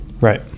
Right